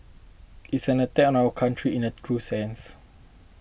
it's an attack on our country in a true sense